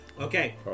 Okay